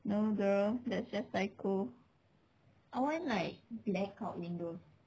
no girl that's just psycho I want like blackout windows